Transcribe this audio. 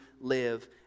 live